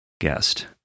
guest